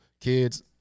Kids